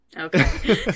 okay